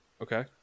Okay